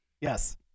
Yes